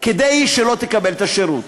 כדי שלא תקבל את השירות.